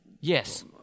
Yes